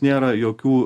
nėra jokių